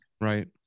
Right